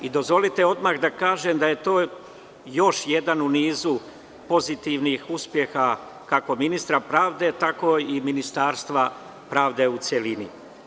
Dozvolite odmah da kažem da je to još jedan u nizu pozitivnih uspeha kako ministra pravde tako i Ministarstva pravde u celini.